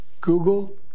Google